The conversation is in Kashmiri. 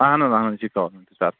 اَہن حظ اَہن حظ یہِ چھُ گورنمنٹ طرفہٕ